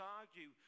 argue